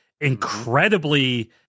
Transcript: incredibly